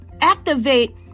activate